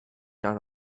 down